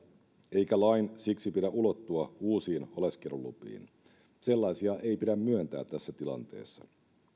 eikä lain siksi pidä ulottua uusiin oleskelulupiin sellaisia ei pidä myöntää tässä tilanteessa